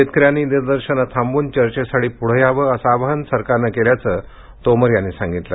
शेतकऱ्यांनी निदर्शनं थांबवून चर्चेसाठी पुढे यावं असं आवाहन सरकारनं केल्याचं तोमर यांनी सांगितलं